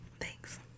thanks